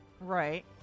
Right